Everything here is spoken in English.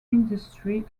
industry